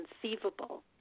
conceivable